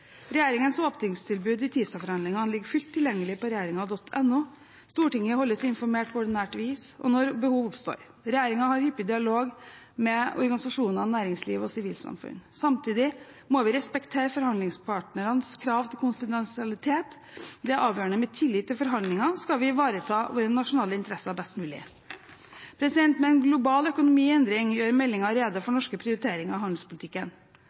Regjeringens åpningstilbud i TISA-forhandlingene ligger fullt tilgjengelig på regjeringen.no. Stortinget holdes informert på ordinært vis og når behov oppstår. Regjeringen har hyppig dialog med organisasjoner, næringsliv og sivilsamfunn. Samtidig må vi respektere forhandlingspartnernes krav til konfidensialitet. Det er avgjørende med tillit i forhandlinger skal vi ivareta våre nasjonale interesser best mulig. Med en global økonomi i endring gjør meldingen rede for norske prioriteringer i handelspolitikken.